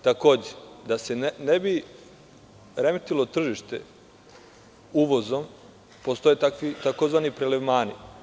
Takođe, da se ne bi remetilo tržište remetilo uvozom, postoje tzv. prelevmani.